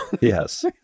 yes